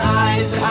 eyes